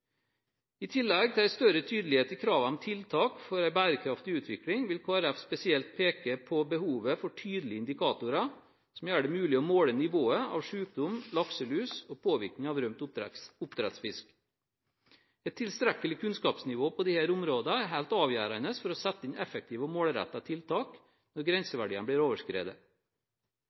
I tillegg til større tydelighet i kravene om tiltak for en bærekraftig utvikling vil Kristelig Folkeparti spesielt peke på behovet for tydelige indikatorer som gjør det mulig å måle nivået av sykdom, lakselus og påvirkning av rømt oppdrettsfisk. Et tilstrekkelig kunnskapsnivå på disse områdene er helt avgjørende for å sette inn effektive og målrettede tiltak når grenseverdiene blir overskredet.